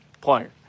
player